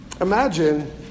Imagine